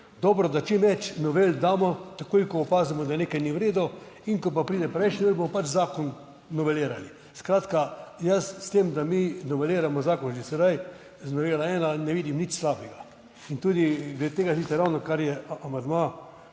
dobro, da čim več novel damo takoj ko opazimo, da nekaj ni v redu in ko pa pride preveč novel, bomo pač zakon novelirali. Skratka, jaz s tem, da mi noveliramo zakon že sedaj z novelo ena, ne vidim nič slabega in tudi glede tega, ravnokar je amandma